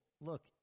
look